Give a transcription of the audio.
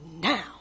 Now